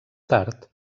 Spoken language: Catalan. tard